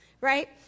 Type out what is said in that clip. right